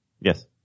Yes